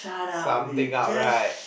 something up right